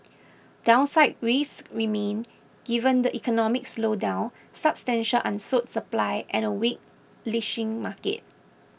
downside risks remain given the economic slowdown substantial unsold supply and a weak leashing market